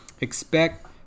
expect